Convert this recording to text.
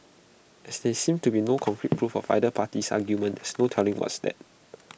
as there seems to be no concrete proof of either party's argument there's no telling what's that